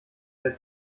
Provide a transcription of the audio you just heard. der